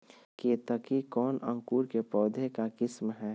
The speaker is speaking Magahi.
केतकी कौन अंकुर के पौधे का किस्म है?